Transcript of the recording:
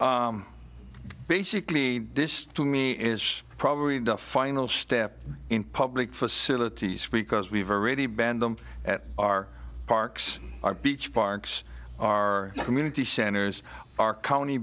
basically this to me is probably the final step in public facilities because we've already banned them at our parks our beach parks our community centers our county